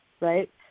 right